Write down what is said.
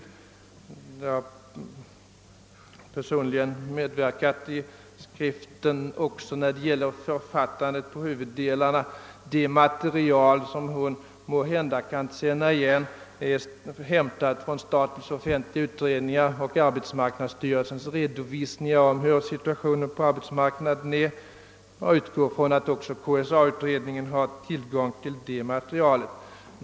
Jag har personligen medverkat i skriften också när det gäller författandet av huvuddelarna. Det material som hon måhända kan känna igen är hämtat från statens offentliga utredningar och arbetsmarknadsstyrelsens redovisningar av situationen på arbetsmarknaden. Jag utgår ifrån att också KSA-utredningen har tillgång till det materialet.